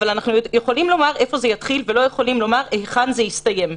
אבל אנחנו יכולים לומר איפה זה יתחיל ולא יכולים לומר היכן זה יסתיים.